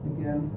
Again